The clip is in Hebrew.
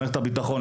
מערכת הביטחון,